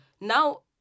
Now